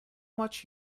much